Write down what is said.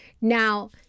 Now